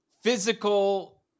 physical